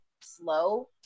slow